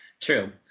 True